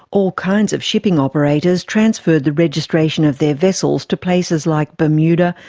all kinds of shipping operators transferred the registration of their vessels to places like bermuda,